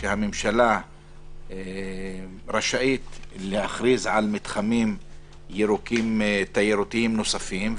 שהממשלה רשאית להכריז על מתחמים ירוקים תיירותיים נוספים.